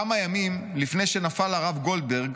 'כמה ימים לפני שנפל הרב גולדברג